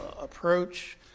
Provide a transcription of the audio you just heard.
approach